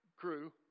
crew